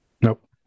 Nope